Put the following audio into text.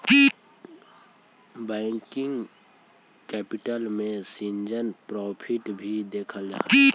working capital में seasonal profit भी देखल जा हई